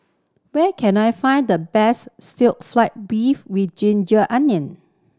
where can I find the best stir fried beef with ginger onion